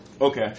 Okay